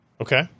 Okay